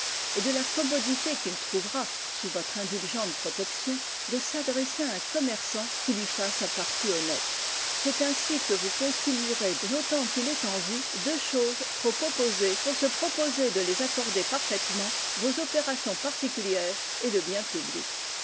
et de la commodité qu'il trouvera sous votre indulgente protection de s'adresser à un commerçant qui lui fasse un parti honnête c'est ainsi que vous concilierez autant qu'il est en vous deux choses trop opposées pour se proposer de les accorder parfaitement vos opérations particulières et le bien public